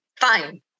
Fine